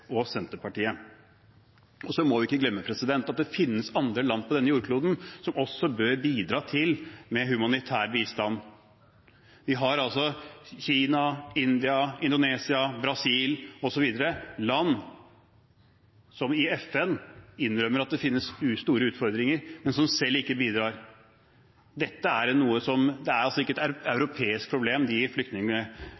og Senterpartiet. Så må vi ikke glemme at det finnes andre land på denne jordkloden som også bør bidra med humanitær bistand. Vi har Kina, India, Indonesia, Brasil osv., land som i FN innrømmer at det finnes store utfordringer, men som selv ikke bidrar. Det er altså ikke et